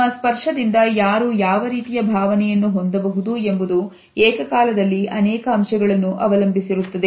ನಮ್ಮ ಸ್ಪರ್ಶದಿಂದ ಯಾರು ಯಾವ ರೀತಿಯ ಭಾವನೆಯನ್ನು ಹೊಂದಬಹುದು ಎಂಬುದು ಏಕಕಾಲದಲ್ಲಿ ಅನೇಕ ಅಂಶಗಳನ್ನು ಅವಲಂಬಿಸಿರುತ್ತದೆ